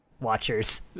watchers